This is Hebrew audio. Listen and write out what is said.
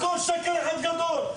הכול שקר אחד גדול.